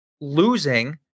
losing